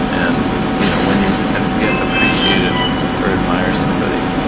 and you know when you get appreciated or admire somebody,